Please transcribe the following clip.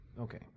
Okay